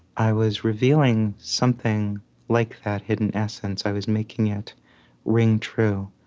i was revealing something like that hidden essence. i was making it ring true.